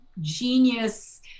genius